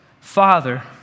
Father